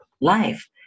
life